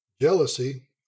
Jealousy